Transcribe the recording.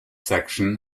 section